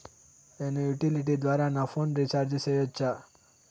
నేను యుటిలిటీ ద్వారా నా ఫోను రీచార్జి సేయొచ్చా?